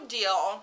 deal